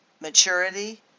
maturity